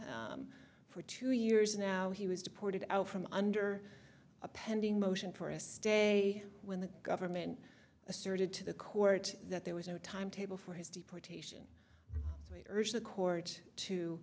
for two years now he was deported out from under a pending motion for a stay when the government asserted to the court that there was no timetable for his deportation urged the court to